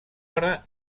hora